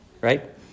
right